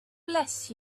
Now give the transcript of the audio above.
bless